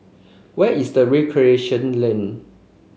where is the Recreation Lane